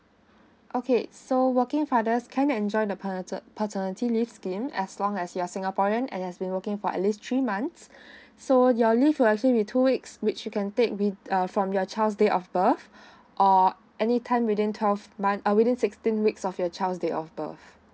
okay so working fathers can enjoy the parental paternity leave scheme as long as you're singaporean and has been working for at least three months so your leave will actually be two weeks which you can take with uh from your child's date of birth or any time within twelve month uh within sixteen weeks of your child's date of birth